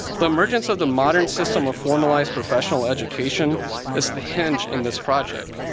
the emergence of the modern system of formalized professional education is the hinge in this project.